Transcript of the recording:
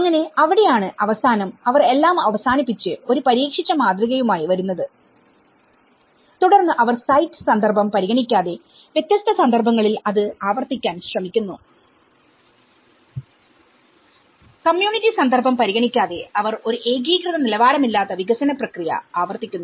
അങ്ങനെ അവിടെയാണ് അവസാനം അവർ എല്ലാം അവസാനിപ്പിച്ച് ഒരു പരീക്ഷിച്ച മാതൃകയുമായി വരുന്നത് തുടർന്ന് അവർ സൈറ്റ് സന്ദർഭം പരിഗണിക്കാതെ വ്യത്യസ്ത സന്ദർഭങ്ങളിൽ അത് ആവർത്തിക്കാൻ ശ്രമിക്കുന്നു കമ്മ്യൂണിറ്റി സന്ദർഭം പരിഗണിക്കാതെ അവർ ഒരു ഏകീകൃത നിലവാരമില്ലാത്ത വികസന പ്രക്രിയ ആവർത്തിക്കുന്നു